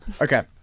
Okay